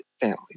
families